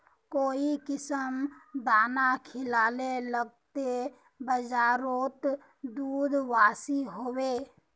काई किसम दाना खिलाले लगते बजारोत दूध बासी होवे?